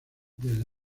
desde